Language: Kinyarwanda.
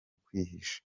kwihisha